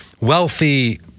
wealthy